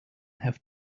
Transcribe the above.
have